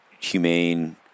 humane